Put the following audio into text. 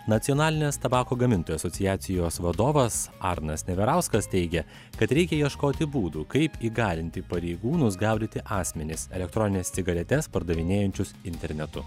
nacionalinės tabako gamintojų asociacijos vadovas arnas neverauskas teigė kad reikia ieškoti būdų kaip įgalinti pareigūnus gaudyti asmenis elektronines cigaretes pardavinėjančius internetu